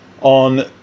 on